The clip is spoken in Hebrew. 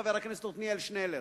חבר הכנסת עתניאל שנלר.